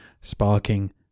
sparking